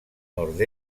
nord